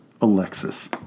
Alexis